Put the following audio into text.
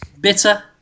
Bitter